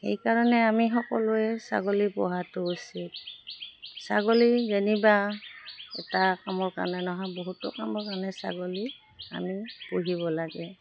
সেইকাৰণে আমি সকলোৱে ছাগলী পোহাটো উচিত ছাগলী যেনিবা এটা কামৰ কাৰণে নহয় বহুতো কামৰ কাৰণে ছাগলী আমি পুহিব লাগে